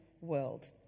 world